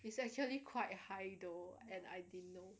it's actually quite high though and I didn't know